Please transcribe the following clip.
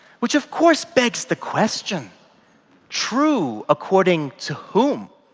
which of course begs the question true according to whom?